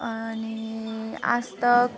अनि आजतक